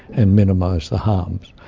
and minimise the harms.